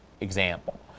example